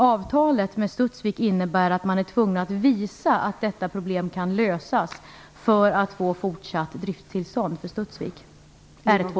Avtalet med Studsvik innebär att man är tvungen att visa att detta problem kan lösas för att man skall få fortsatt driftstillstånd för R2